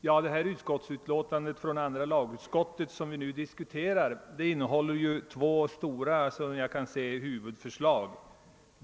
Herr talman! Det utlåtande från andra lagutskottet som vi nu diskuterar innehåiler två huvudförslag.